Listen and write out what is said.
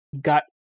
got